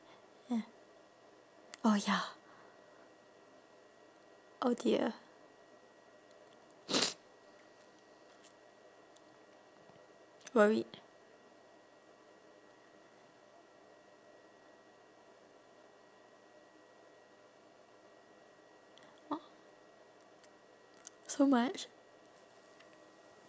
oh ya oh dear worried so much